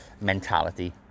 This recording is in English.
mentality